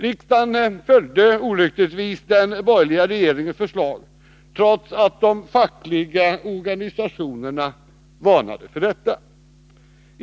Riksdagen följde den borgerliga regeringens förslag, trots att de fackliga organisationerna varnade för detta.